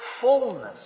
fullness